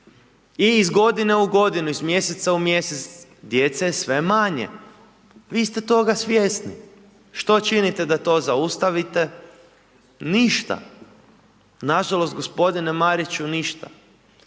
I iz godine u godine i iz mjeseca u mjesec, djece je sve manje. Vi ste toga svjesni, što činite da to zaustavite? Ništa. Nažalost gospodine Mariću, ništa.